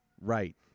Right